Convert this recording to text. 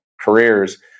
careers